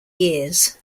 years